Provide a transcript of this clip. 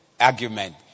argument